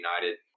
United